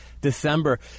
December